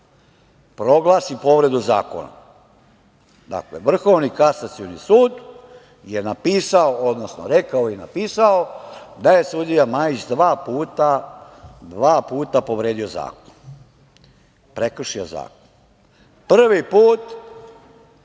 proglasio povredu zakona. Dakle, Vrhovni kasacioni sud je napisao, odnosno rekao i napisao da je sudija Majić dva puta povredio zakon, prekršio zakon. Prvi put